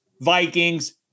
Vikings